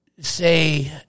say